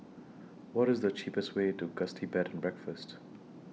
What IS The cheapest Way to Gusti Bed and Breakfast